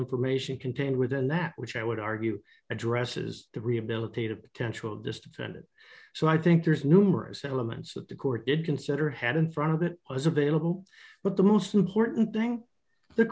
information contained within that which i would argue addresses the rehabilitative potential of this defendant so i think there's numerous elements that the court did consider had in front of it was available but the most important thing the